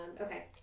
Okay